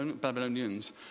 Babylonians